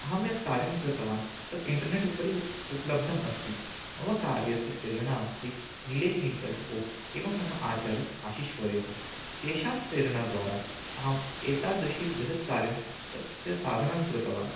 अहं यत् कार्यं कृतवान् तत् इण्टर्नेट् उपरि उपलब्धम् अस्ति मम कार्यस्य प्रेरणा अस्ति नीलेश् नीलकण्ट् ओक् एवं मम आचार्यः आशिश्वर्यः तेषां प्रेरणाद्वारा अहम् एतादृशं बृहत् कार्यं तस्य साधनां कृतवान्